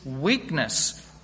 weakness